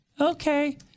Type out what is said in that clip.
Okay